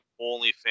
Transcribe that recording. OnlyFans